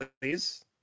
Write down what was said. please